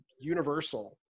universal